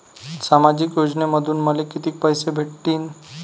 सामाजिक योजनेमंधून मले कितीक पैसे भेटतीनं?